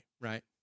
right